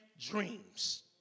dreams